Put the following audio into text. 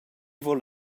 vul